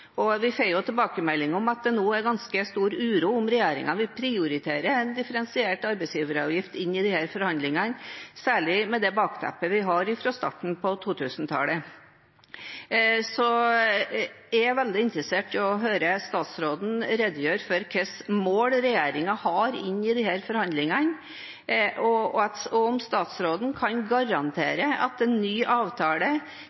Vi får tilbakemelding om at det nå er ganske stor uro om regjeringen vil prioritere differensiert arbeidsgiveravgift inn i disse forhandlingene, særlig med det bakteppet vi har fra starten på 2000-tallet. Jeg er veldig interessert i å høre statsråden redegjøre for hva slags mål regjeringen har inn i forhandlingene, og om statsråden kan garantere at